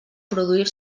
produir